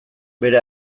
bere